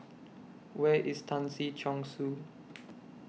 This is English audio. Where IS Tan Si Chong Su